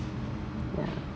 ya